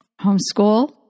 Homeschool